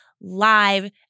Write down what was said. live